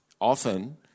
often